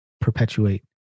perpetuate